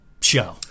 show